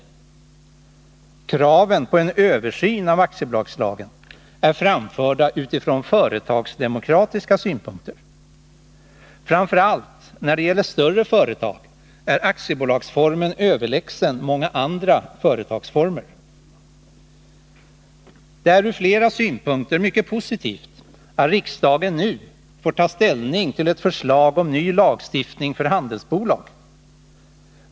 Kraven på en översyn av aktiebolagslagen är framförda utifrån företagsdemokratiska synpunkter. Framför allt när det gäller större företag är aktiebolagsformen överlägsen många andra företagsformer. Det är ur flera synpunkter mycket positivt att riksdagen nu får ta ställning till ett förslag om ny lagstiftning för handelsbolag.